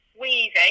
weaving